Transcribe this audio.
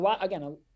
Again